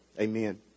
Amen